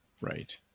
right